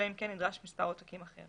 אלא אם כן נדרש מספר עותקים אחר.